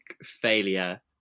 failure